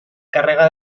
càrrega